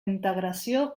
integració